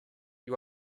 you